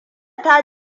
ta